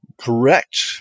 Correct